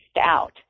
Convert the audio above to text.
out